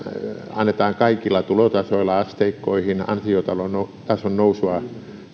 annetaan kaikilla tulotasoilla asteikkoihin ansiotason nousua